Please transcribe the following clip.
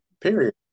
Period